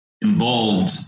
involved